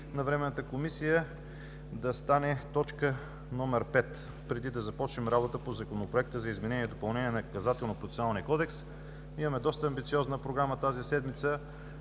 на Временната комисия, да стане т. 5, преди да започнем работа по Законопроекта за изменение и допълнение на Наказателно-процесуалния кодекс. Имаме доста амбициозна програма тази седмица